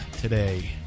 today